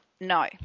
No